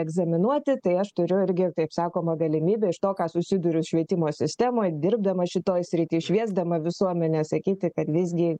egzaminuoti tai aš turiu irgi kaip sakoma galimybę iš to ką susiduriu švietimo sistemoj dirbdama šitoj srity šviesdama visuomenę sakyti kad visgi